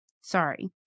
sorry